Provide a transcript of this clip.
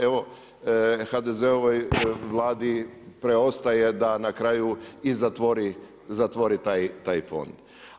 Evo HDZ-ovoj Vladi preostaje da na kraju i zatvori taj fond.